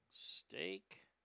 Steak